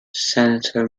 senator